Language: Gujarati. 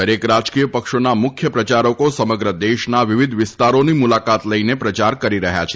દરેક રાજકીય પક્ષોના મુખ્ય પ્રચારકો સમગ્ર દેશના વિવિધ વિસ્તારોની મુલાકાતો લઈને પ્રચાર કરી રહ્યા છે